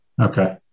Okay